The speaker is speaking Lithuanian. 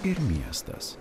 ir miestas